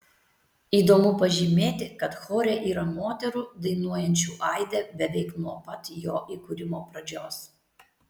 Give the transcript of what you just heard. įdomu pažymėti kad chore yra moterų dainuojančių aide beveik nuo pat jo įkūrimo pradžios